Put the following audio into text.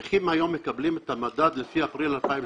נכים היום מקבלים את המדד לפי אפריל 2016,